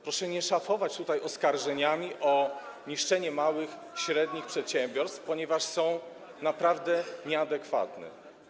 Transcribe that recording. Proszę nie szafować tutaj oskarżeniami o niszczenie małych, średnich przedsiębiorstw, ponieważ są naprawdę nieadekwatne.